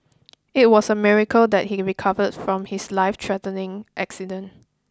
it was a miracle that he recovered from his lifethreatening accident